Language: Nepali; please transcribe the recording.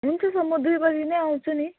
हुन्छ सर म दुई बजी नै आउँछु नि